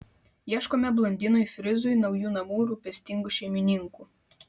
ieškome blondinui frizui naujų namų rūpestingų šeimininkų